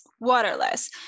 waterless